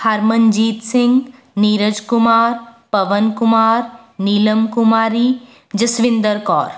Harmanjeet Singh Neeraj Kumar Pawan Kumar Neelam Kumari Jaswinder Kaur